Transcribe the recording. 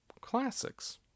classics